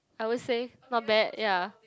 I would say not bad ya